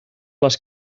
les